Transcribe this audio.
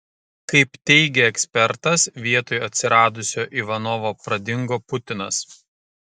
kaip teigia ekspertas vietoj atsiradusio ivanovo pradingo putinas